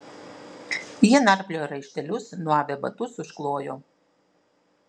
jie narpliojo raištelius nuavę batus užklojo